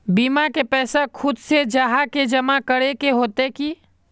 बीमा के पैसा खुद से जाहा के जमा करे होते की?